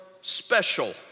special